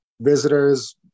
visitors